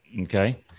okay